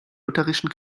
lutherischen